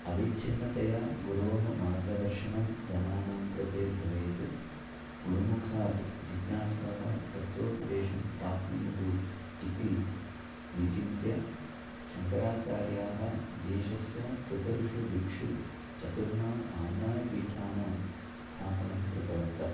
अविच्छिन्नतया गुरोः मार्गदर्शनं जनानां कृते भवेत् गुरुमुखात् जिज्ञासवः तत्वोपदेशं प्राप्नुयुः इति विचिन्त्य शङ्कराचार्याः देशस्य चतुर्षु दिक्षु चतुर्णाम् आम्नायपीठानां स्थापनं कृतवन्तः